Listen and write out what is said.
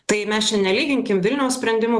tai mes čia nelyginkim vilniaus sprendimų